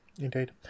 Indeed